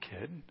kid